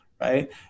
right